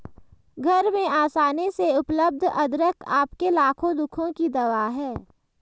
घर में आसानी से उपलब्ध अदरक आपके लाखों दुखों की दवा है